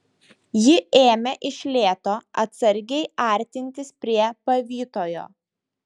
ji ėmė iš lėto atsargiai artintis prie pavytojo